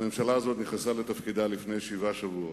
הממשלה הזאת נכנסה לתפקידה לפני שבעה שבועות,